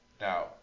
Now